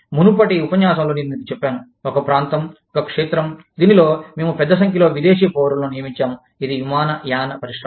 మునుపటి ఉపన్యాసంలో నేను మీకు చెప్పాను ఒక ప్రాంతం ఒక క్షేత్రం దీనిలో మేము పెద్ద సంఖ్యలో విదేశీ పౌరులను నియమించాము ఇది విమానయాన పరిశ్రమ